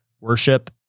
Worship